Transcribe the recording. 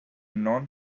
known